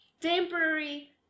Temporary